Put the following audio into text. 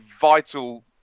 vital